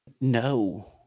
No